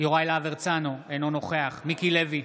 יוראי להב הרצנו, אינו נוכח מיקי לוי,